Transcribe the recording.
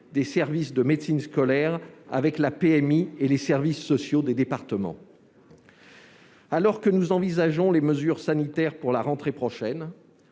des services de médecine scolaire avec la PMI et les services sociaux des départements. Alors que nous envisageons les mesures sanitaires à prendre pour la prochaine